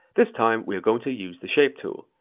this time, we are going to use the shape tool.